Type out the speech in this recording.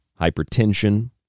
hypertension